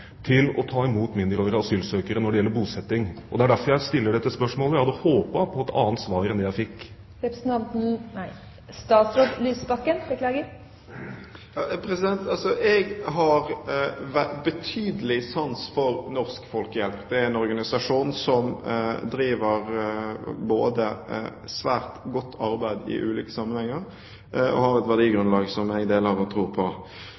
til å ta imot mindreårige asylsøkere når det gjelder bosetting. Det er derfor jeg stiller dette spørsmålet. Jeg hadde håpet å få et annet svar enn det jeg fikk. Jeg har betydelig sans for Norsk Folkehjelp. Det er en organisasjon som gjør et svært godt arbeid i ulike sammenhenger og har et verdigrunnlag som jeg deler og tror på.